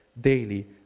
daily